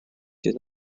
did